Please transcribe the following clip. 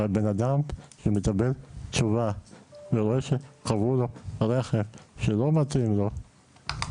אבל בן אדם שמקבל תשובה וקבעו לו רכב שלא מתאים לו,